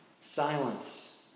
Silence